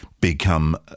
become